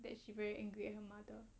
that she very angry at her mother